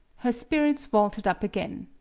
her spirits vaulted up again.